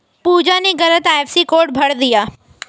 पूजा ने गलत IFSC code भर दिया